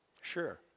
Sure